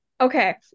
Okay